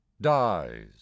dies